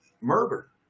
Murder